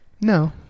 No